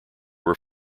were